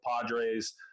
Padres